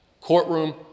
Courtroom